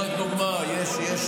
דבי מוצמד, רון מוצמד, יסמין מוצמד.